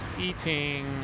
eating